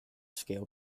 scale